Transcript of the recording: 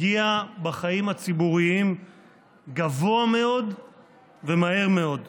הגיע בחיים הציבוריים גבוה מאוד ומהר מאוד.